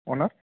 honours